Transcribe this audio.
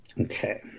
Okay